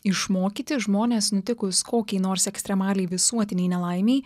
išmokyti žmones nutikus kokiai nors ekstremaliai visuotinei nelaimei